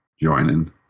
joining